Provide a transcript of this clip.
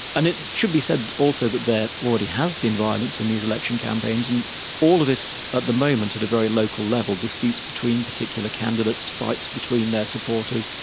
and it should be said also that there already has been violence in these election campaigns, and all of this at the moment at a very local level, disputes between particular candidates, fights between their supporters,